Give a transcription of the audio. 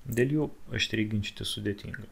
dėl jų aštriai ginčytis sudėtinga